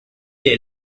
est